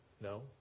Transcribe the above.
No